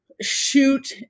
shoot